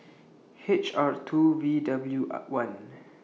H R two V W R one